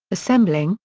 assembling,